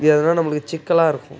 எதுனா நம்மளுக்கு சிக்கலாக இருக்கும்